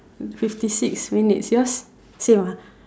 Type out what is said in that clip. fifty six minutes yours same ah